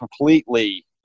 completely